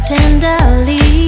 tenderly